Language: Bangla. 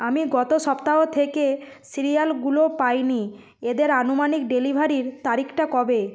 আমি গত সপ্তাহ থেকে সিরিয়ালগুলো পাইনি এদের আনুমানিক ডেলিভারির তারিখটা কবে